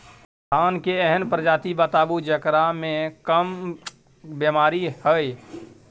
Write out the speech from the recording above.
धान के एहन प्रजाति बताबू जेकरा मे कम बीमारी हैय?